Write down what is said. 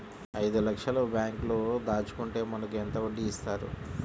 ఐదు లక్షల బ్యాంక్లో దాచుకుంటే మనకు ఎంత వడ్డీ ఇస్తారు?